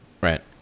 right